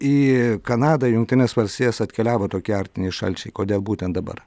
įįį kanadą jungtines valstijas atkeliavo tokie arktiniai šalčiai kodėl būtent dabarį